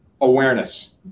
awareness